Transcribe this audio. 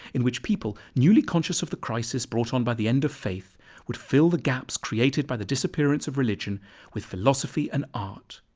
in which people newly conscious of the crisis brought on by the end of faith would fill the gaps created by the disappearance of religion with philosophy and art.